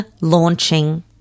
launching